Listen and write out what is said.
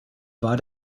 war